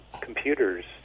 Computers